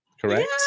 correct